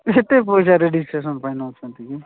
ଏତେ ପଇସା ରେଜିଷ୍ଟ୍ରେସନ ପାଇଁ ନେଉଛନ୍ତି କି